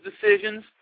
decisions